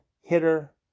hitter